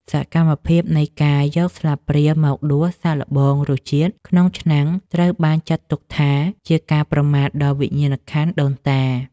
សកម្មភាពនៃការយកស្លាបព្រាមកដួសសាកល្បងរសជាតិក្នុងឆ្នាំងត្រូវបានចាត់ទុកថា ជាការប្រមាថដល់វិញ្ញាណក្ខន្ធដូនតា។